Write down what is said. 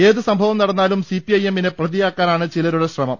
ഏത് സംഭവം നടന്നാലും സിപിഐഎമ്മിനെ പ്രതിയാക്കാനാണ് ചിലരുടെ ശ്രമം